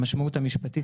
המשמעות המשפטית,